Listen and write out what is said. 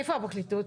איפה הפרקליטות?